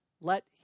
let